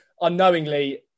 unknowingly